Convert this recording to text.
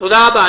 תודה רבה.